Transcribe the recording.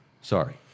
Sorry